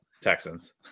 Texans